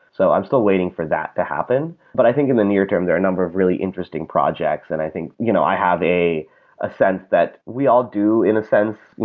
so i'm still waiting for that to happen, but i think in the near term, there are a number of really interesting projects. and i think you know i have a a sense that we all do, in a sense,